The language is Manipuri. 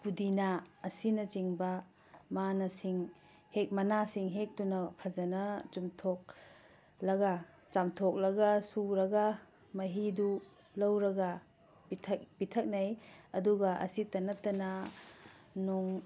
ꯄꯨꯗꯤꯅꯥ ꯑꯁꯤꯅꯆꯤꯡꯕ ꯃꯅꯥꯁꯤꯡ ꯍꯦꯛꯇꯨꯅ ꯐꯖꯅ ꯆꯨꯝꯊꯣꯛꯂꯒ ꯆꯥꯝꯊꯣꯛꯂꯒ ꯁꯨꯔꯒ ꯃꯍꯤꯗꯨ ꯂꯧꯔꯒ ꯄꯤꯊꯛꯅꯩ ꯑꯗꯨꯒ ꯑꯁꯤꯇ ꯅꯠꯇꯅ